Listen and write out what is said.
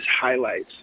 highlights